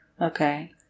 Okay